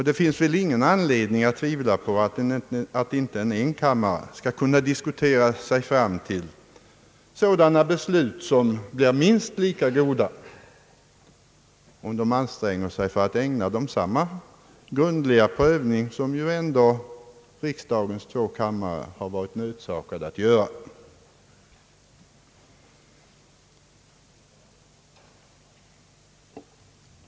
Det finns väl ingen anledning tvivla på att inte en enkammarriksdag skall kunna diskutera sig fram till beslut som blir minst lika goda som våra om ledamöterna anstränger sig för att ägna ärendena samma grundliga prövning som riksdagens båda kamrar har varit nödsakade att göra.